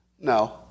No